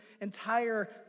entire